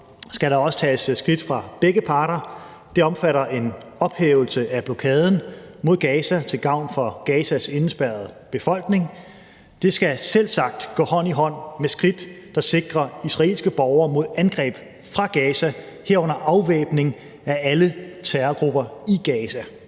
skal der også tages skridt fra begge parter. Det omfatter en ophævelse af blokaden mod Gaza til gavn for Gazas indespærrede befolkning, og det skal selvsagt gå hånd i hånd med skridt, der sikrer israelske borgere mod angreb fra Gaza, herunder afvæbning af alle terrorgrupper i Gaza.